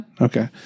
Okay